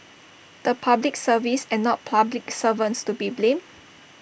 the Public Service and not public servants to be blamed